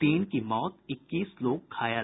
तीन की मौत इक्कीस लोग घायल